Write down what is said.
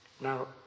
Now